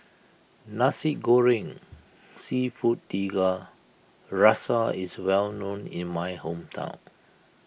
Nasi Goreng Seafood Tiga Rasa is well known in my hometown